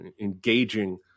engaging